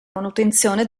manutenzione